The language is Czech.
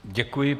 Děkuji.